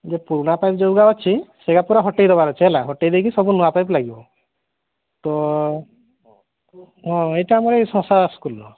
ଯେ ପୁରୁଣା ପାଇପ୍ ଯେଉଁଗୁଡ଼ା ଅଛି ସେଗୁଡ଼ା ପୂରା ହଟେଇ ଦେବାର ଅଛି ହେଲା ହଟେଇ ଦେଇକି ସବୁ ନୂଆ ପାଇପ୍ ଲାଗିବ ତ ହଁ ଏଇଟା ଆମର ଏଇ ସଂସା ସ୍କୁଲର